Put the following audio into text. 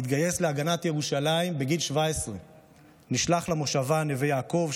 התגייס להגנת ירושלים בגיל 17. הוא נשלח למושבה נווה יעקב,